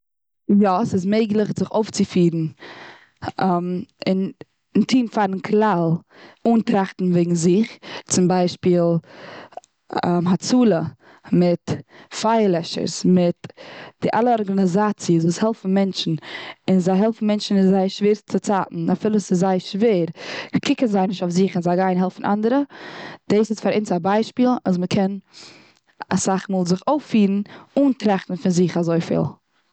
יא, ס'איז מעגליך זיך אויף צופירן און, און טון פארן כלל, אן טראכטן וועגן זיך. צום ביישפיל הצלה, מיט פייער לעשערס, מיט, די אלע ארגאנאזאציס וואס העלפן מענטשן. און זיי העלפן מענטשן און זייער שווערסטע צייטן, אפילו ס'איז זייער שווער, קוקן זיי נישט אויף זיך און זיי גייען העלפן אנדערע. דאס איז פאר אונז א ביישפיל אז מ'קען אסאך מאל זיך אויפירן אן טראכטן פון זיך אזויפיל.